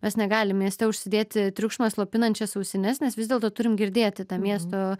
mes negalim mieste užsidėti triukšmą slopinančias ausines nes vis dėlto turim girdėti tą miesto